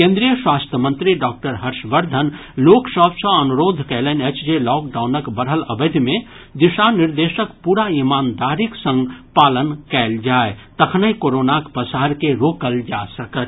केन्द्रीय स्वास्थ्य मंत्री डॉक्टर हर्षवर्धन लोक सभ सॅ अनुरोध कयलनि अछि जे लॉकडाउनक बढ़ल अवधि मे दिशा निर्देशक पूरा ईमानदारीक संग पालन कयल जाय तखनहि कोरोनाक पसार के रोकल जा सकत